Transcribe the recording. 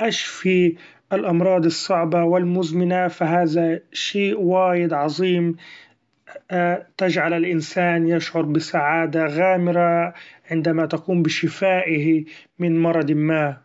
اشفي الأمراض الصعبة و المزمنة ف هذا شيء وايد عظيم ، تجعل الانسان يشعر بسعادة غامرة عندما تقوم بشفاءه من مرض ما.